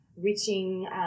reaching